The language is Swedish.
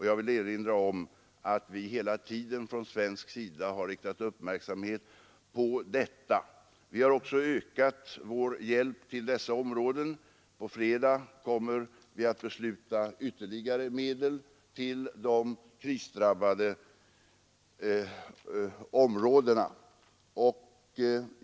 Jag vill erinra om att vi hela tiden från svenskt håll har riktat uppmärksamheten på detta spörsmål. Vi har också ökat vår hjälp till dessa områden. På fredag kommer vi att besluta om ytterligare medel till de krisdrabbade områdena.